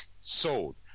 Sold